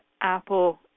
Apple